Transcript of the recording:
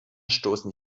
stoßen